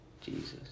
Jesus